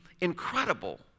incredible